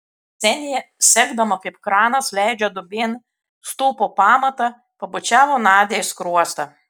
ksenija sekdama kaip kranas leidžia duobėn stulpo pamatą pabučiavo nadią į skruostą